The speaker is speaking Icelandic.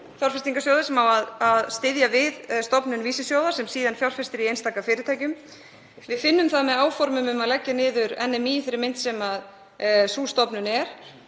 fjárfestingarsjóði sem á að styðja við stofnun vísisjóða, sem síðan fjárfesta í einstaka fyrirtækjum. Við finnum það með áformum um að leggja niður NMÍ í þeirri mynd sem sú stofnun er,